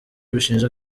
bishinja